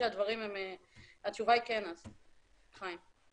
התשובה כן, חיים.